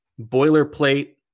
boilerplate